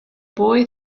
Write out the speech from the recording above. boy